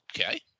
Okay